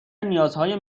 نیازهای